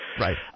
Right